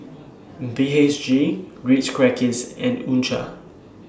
B H G Ritz Crackers and U Cha